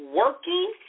working